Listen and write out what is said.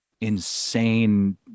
insane